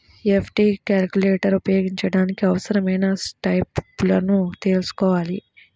FD calculator ఉపయోగించడానికి అవసరమైన స్టెప్పులను తెల్సుకోవాలి